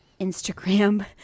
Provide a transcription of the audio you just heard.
Instagram